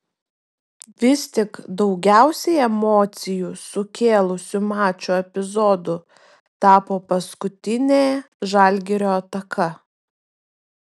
vis tik daugiausiai emocijų sukėlusiu mačo epizodu tapo paskutinė žalgirio ataka